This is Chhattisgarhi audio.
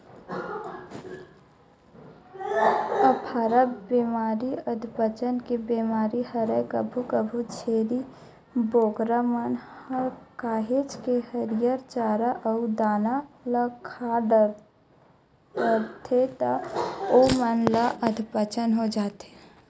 अफारा बेमारी अधपचन के बेमारी हरय कभू कभू छेरी बोकरा मन ह काहेच के हरियर चारा अउ दाना ल खा डरथे त ओमन ल अधपचन हो जाथे